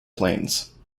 planes